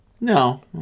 No